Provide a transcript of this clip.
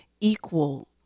equal